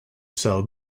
sell